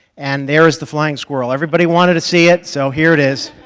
and there is the flying squirrel. everybody wanted to see it, so here it is.